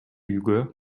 үйгө